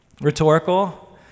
rhetorical